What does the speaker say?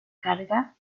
carga